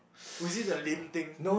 was it the thing